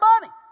money